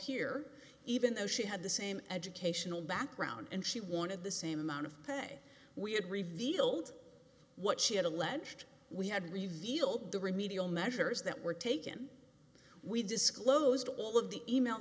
peer even though she had the same educational background and she wanted the same amount of pay we had revealed what she had alleged we had revealed the remedial measures that were taken we disclosed all of the email